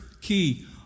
key